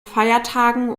feiertagen